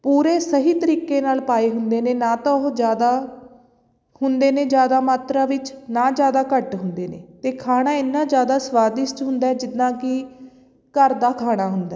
ਪੂਰੇ ਸਹੀ ਤਰੀਕੇ ਨਾਲ ਪਾਏ ਹੁੰਦੇ ਨੇ ਨਾ ਤਾਂ ਉਹ ਜ਼ਿਆਦਾ ਹੁੰਦੇ ਨੇ ਜ਼ਿਆਦਾ ਮਾਤਰਾ ਵਿੱਚ ਨਾ ਜ਼ਿਆਦਾ ਘੱਟ ਹੁੰਦੇ ਨੇ ਅਤੇ ਖਾਣਾ ਇੰਨਾ ਜ਼ਿਆਦਾ ਸਵਾਦਿਸ਼ਟ ਹੁੰਦਾ ਜਿੱਦਾਂ ਕਿ ਘਰ ਦਾ ਖਾਣਾ ਹੁੰਦਾ ਹੈ